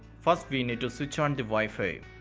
first we need to switch on the wi-fi.